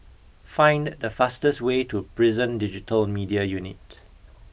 find the fastest way to Prison Digital Media Unit